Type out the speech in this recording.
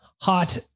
hot